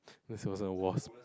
this wasn't a wasp